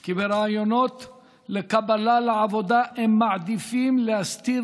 כי בראיונות קבלה לעבודה הם מעדיפים להסתיר